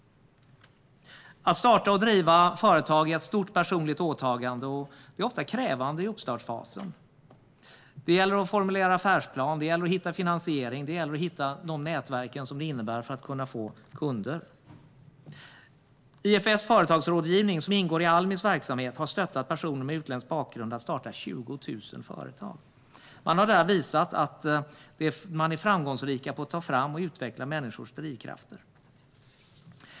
Att starta och driva företag är ett stort personligt åtagande och är ofta krävande i uppstartsfasen. Det gäller att formulera en affärsplan och att hitta finansiering och de nätverk som behövs för att kunna få kunder. IFS företagsrådgivning, som ingår i Almis verksamhet, har stöttat personer med utländsk bakgrund så att 20 000 företag har kunnat startas. Man har visat att man är framgångsrik när det gäller att ta fram och utveckla människors drivkrafter.